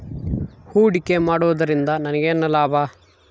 ಹೂಡಿಕೆ ಮಾಡುವುದರಿಂದ ನನಗೇನು ಲಾಭ?